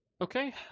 Okay